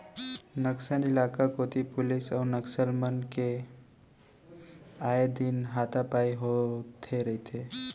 नक्सल इलाका कोती पुलिस अउ नक्सल मन के आए दिन हाथापाई होथे रहिथे